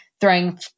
throwing